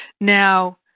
Now